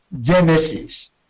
Genesis